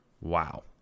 Wow